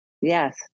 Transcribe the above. Yes